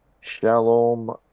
Shalom